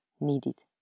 needed